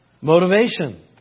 motivation